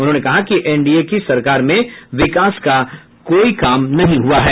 उन्होंने कहा कि एनडीए के सरकार में विकास का कोई काम नहीं हुआ है